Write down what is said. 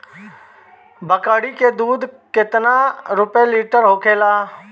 बकड़ी के दूध केतना रुपया लीटर होखेला?